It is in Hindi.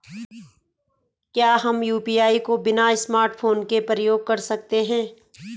क्या हम यु.पी.आई को बिना स्मार्टफ़ोन के प्रयोग कर सकते हैं?